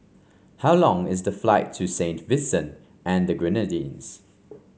how long is the flight to Saint Vincent and the Grenadines